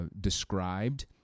described